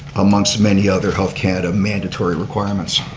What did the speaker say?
amongst many other health canada mandatory requirements.